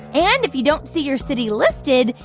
and if you don't see your city listed,